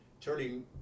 turning